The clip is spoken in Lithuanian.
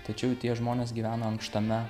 tačiau tie žmonės gyvena ankštame